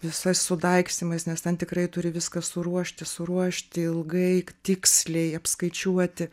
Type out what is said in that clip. visais sudaikstymais nes ten tikrai turi viską suruošti suruošti ilgai tiksliai apskaičiuoti